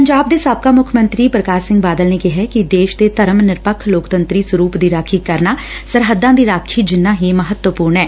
ਪੰਜਾਬ ਦੇ ਸਾਬਕਾ ਮੁੱਖ ਮੰਤਰੀ ਪ੍ਰਕਾਸ਼ ਸਿੰਘ ਬਾਦਲ ਨੇ ਕਿਹਾ ਕਿ ਦੇਸ਼ ਦੇ ਧਰਮ ਨਿਰੱਖ ਲੋਕਤੰਤਰੀ ਸਰੁਪ ਦੀ ਰਾਖੀ ਕਰਨਾ ਸਰਹੱਦਾਂ ਦੀ ਰਾਖੀ ਜਿੰਨਾ ਹੀ ਮਹੱਤਵਪੁਰਨ ਐ